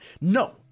No